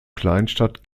kleinstadt